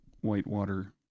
whitewater